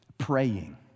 praying